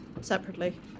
separately